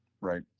right